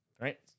right